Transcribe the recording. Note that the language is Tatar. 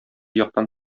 яктан